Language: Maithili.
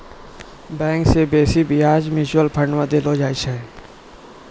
बैंक से बेसी ब्याज म्यूचुअल फंड मे देलो जाय छै